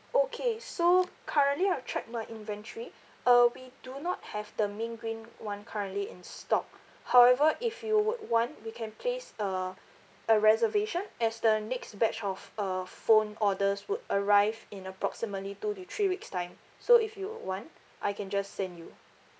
okay so currently I've checked my inventory uh we do not have the mint green one currently in stock however if you would want we can place uh a reservation as the next batch of uh phone orders would arrive in approximately two to three weeks time so if you want I can just send you